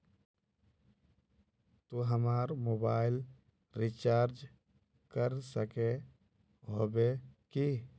तू हमर mobile recharge कर सके होबे की?